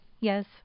Yes